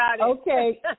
Okay